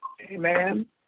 Amen